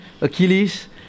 Achilles